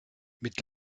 mit